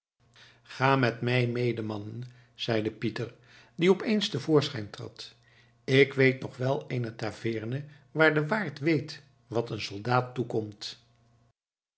gaat met mij mede mannen zeide pieter die opeens te voorschijn trad ik weet nog wel eene taveerne waar de waard weet wat een soldaat toekomt